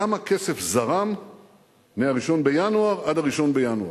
כמה כסף זרם מ-1 בינואר עד 1 בינואר?